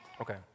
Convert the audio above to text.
Okay